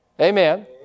Amen